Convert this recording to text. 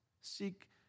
seek